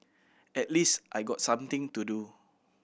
at least I got something to do